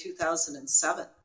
2007